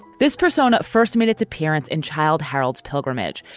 this persona first made its appearance in child harald's pilgrimage,